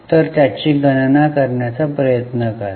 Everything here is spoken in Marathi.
तर त्याची गणना करण्याचा प्रयत्न करा